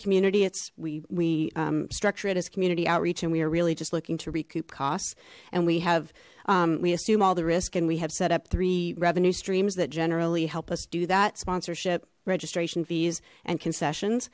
community it's we structure it as community outreach and we are really just looking to recoup costs and we have we assume all the risk and we have set up three revenue streams that generally help us do that sponsorship registration fees and concessions